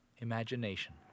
imagination